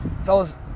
fellas